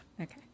Okay